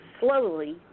slowly